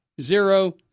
zero